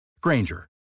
Granger